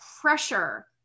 pressure